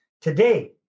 Today